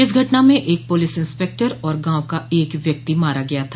इस घटना में एक पुलिस इंसपेक्टर और गांव का एक व्यक्ति मारा गया था